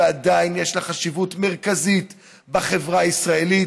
ועדיין יש לה חשיבות מרכזית בחברה הישראלית,